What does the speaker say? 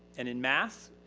and in math,